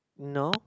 no